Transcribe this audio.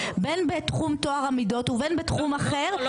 בין בתחום טוהר המידות ובין בתחום אחר ש --- לא,